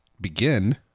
begin